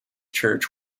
church